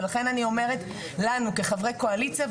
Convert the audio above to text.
ולכן אני אומרת לנו כחברי קואליציה,